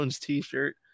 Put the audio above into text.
t-shirt